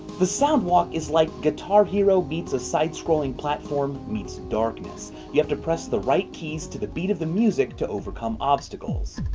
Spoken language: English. the sound walk is like guitar hero meets a side-scrolling platform meets darkness. you have to press the right keys to the beat of the music to overcome obstacles.